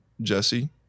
Jesse